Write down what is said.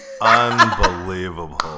Unbelievable